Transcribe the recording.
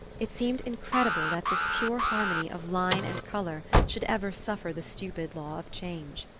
it seemed incredible that this pure harmony of line and colour should ever suffer the stupid law of change.